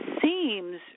seems